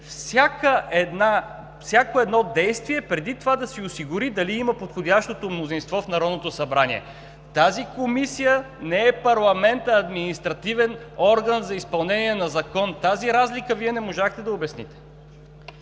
всяко едно действие, преди това да си осигури дали има подходящото мнозинство в Народното събрание. Тази Комисия не е парламент, а административен орган за изпълнение на закон. Тази разлика Вие не можахте да обясните.